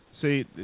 see